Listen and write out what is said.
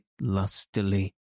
lustily